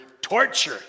torture